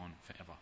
forever